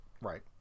Right